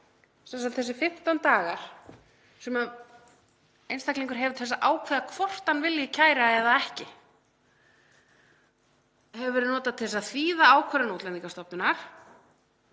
sagt þessir 15 dagar sem einstaklingur hefur til að ákveða hvort hann vilji kæra eða ekki hafa verið notaðir til að þýða ákvörðun Útlendingastofnunar